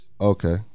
okay